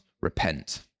repent